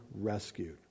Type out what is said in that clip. rescued